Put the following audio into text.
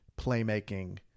playmaking